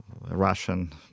russian